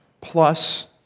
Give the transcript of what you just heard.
plus